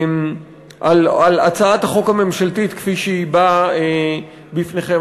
על הצעת החוק הממשלתית כפי שהיא באה לפניכם.